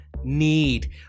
need